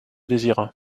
désirat